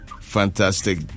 Fantastic